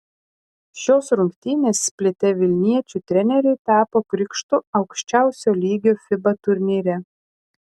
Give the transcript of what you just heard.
šios rungtynės splite vilniečių treneriui tapo krikštu aukščiausio lygio fiba turnyre